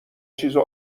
چیزو